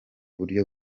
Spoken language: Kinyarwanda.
buryo